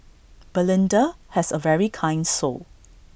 belinda has A very kind soul